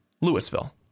Louisville